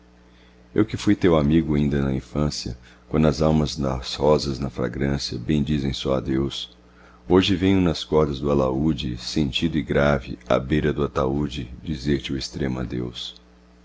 eu que fui teu amigo inda na infância quando as almas das rosas na fragrância bendizem só a deus hoje venho nas cordas do alaúde sentido e grave à beira do ataúde dizer-te o extremo adeus